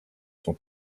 son